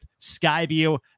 Skyview